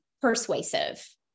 persuasive